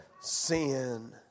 sin